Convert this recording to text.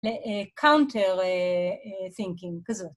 ל-counter thinking כזאת.